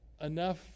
enough